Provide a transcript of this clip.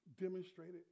demonstrated